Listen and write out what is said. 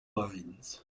minds